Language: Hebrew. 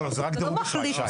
לא, זה רק דירוג אשראי, שי.